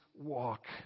walk